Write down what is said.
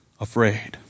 afraid